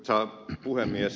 arvoisa puhemies